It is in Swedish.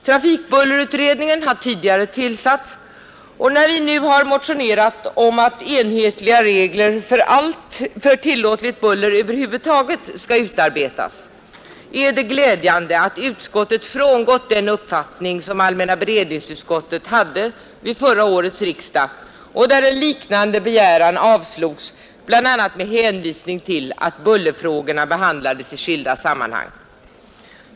Trafikbullerutredningen har tidigare tillsatts, och när vi nu har motionerat om att enhetliga regler för tillåtligt buller över huvud taget utarbetas är det glädjande att utskottet frångått den uppfattning som allmänna beredningsutskottet hade vid förra årets riksdag, då en liknande begäran avslogs bl.a. med hänvisning till att bullerfrågorna behandlades i skilda sammanhang.